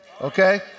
okay